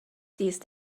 these